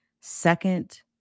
second